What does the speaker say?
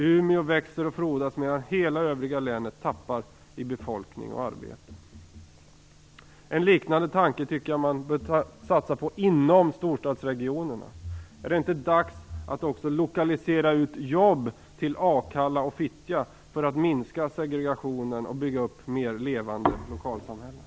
Umeå växer ju och frodas, medan resten av länet tappar befolkning och arbeten. En liknande tanke tycker jag att man också bör satsa på inom storstadsregionerna. Är det alltså inte dags att även lokalisera ut jobb till Akalla och Fittja för att minska segregationen och för att bygga upp mera levande lokalsamhällen?